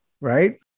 right